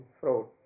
fruit